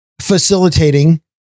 facilitating